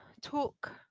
talk